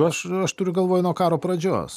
aš aš turiu galvoj nuo karo pradžios